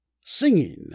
Singing